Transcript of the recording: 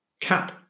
CAP